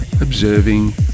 observing